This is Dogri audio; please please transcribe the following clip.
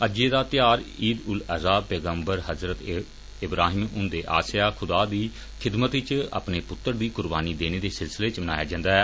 अज्जै दा त्यार ईद उल अज़हा पैगमर हज़रत इब्राहिम हुंदे आसेआ खुदा दी खिदमत च अपने पुत्तरै दी कुर्बानी देने दे सिलसिले च मनाया जंदा ऐ